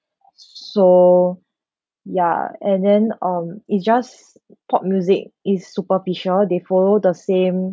so ya and then um it's just pop music is superficial they follow the same